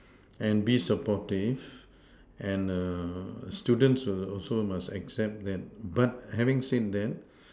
and be supportive and err students were also must accept that but having said that